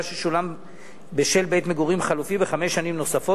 ששולם בשל בית-מגורים חלופי בחמש שנים נוספות,